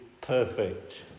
perfect